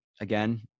Again